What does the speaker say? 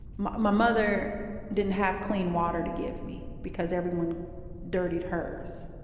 my mother didn't have clean water to give me because everyone dirtied hers.